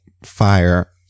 fire